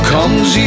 Comes